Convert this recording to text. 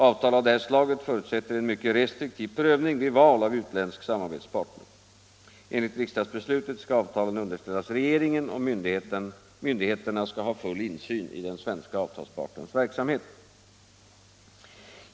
Avtal av det här slaget förutsätter en mycket restriktiv prövning vid val av utländsk samarbetspartner. Enligt riksdagsbeslutet skall avtalen underställas regeringen, och myndigheterna skall ha full insyn i den svenska avtalspartens verksamhet.